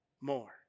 more